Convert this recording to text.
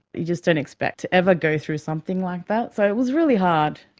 you just don't expect to ever go through something like that. so it was really hard.